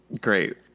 great